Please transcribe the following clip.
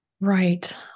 Right